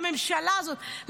לממשלה הזאת,